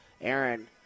Aaron